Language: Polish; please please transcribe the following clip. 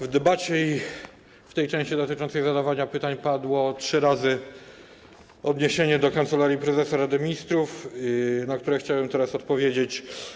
W debacie i w tej części dotyczącej zadawania pytań trzy razy padło odniesienie do Kancelarii Prezesa Rady Ministrów, na które chciałbym teraz odpowiedzieć.